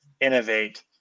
innovate